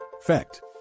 Fact